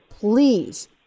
please